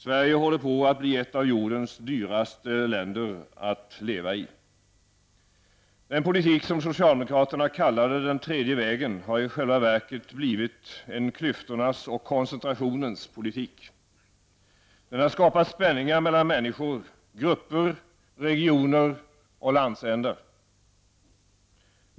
Sverige håller på att bli ett av jordens dyraste länder att leva i. Den politik som socialdemokraterna kallade den tredje vägen har i själva verket blivit en klyftornas och koncentrationens politik. Den har skapat spänningar mellan människor, grupper, regioner och landsändar.